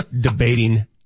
debating